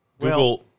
Google